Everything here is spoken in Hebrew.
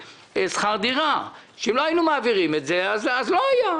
שכר דירה שאם לא היינו מעבירים את זה אז אנשים